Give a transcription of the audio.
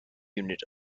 unit